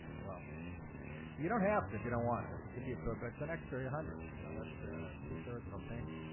well you don't have to if you don't want. oh, it's it could be a but but it's an extra one yeah hundred. you know, that's two-thirds i don't pain